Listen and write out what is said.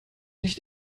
nicht